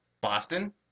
Boston